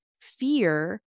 fear